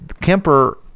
Kemper